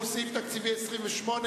שהוא סעיף תקציבי 28,